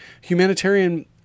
humanitarian